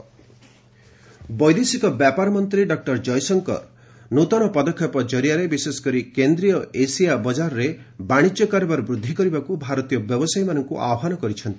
India Central Asia ବୈଦେଶିକ ବ୍ୟାପାର ମନ୍ତ୍ରୀ ଡକୁର ଜୟଶଙ୍କର ନୃତନ ପଦକ୍ଷେପ ଜରିଆରେ ବିଶେଷକରି କେନ୍ଦ୍ରୀୟ ଏସିଆ ବଜାରରେ ବାଶିଜ୍ୟ କାରବାର ବୃଦ୍ଧି କରିବାକୁ ଭାରତୀୟ ବ୍ୟବସାୟୀମାନଙ୍କୁ ଆହ୍ୱାନ କରିଛନ୍ତି